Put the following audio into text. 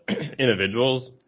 individuals